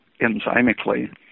enzymically